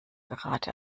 gerade